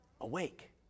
awake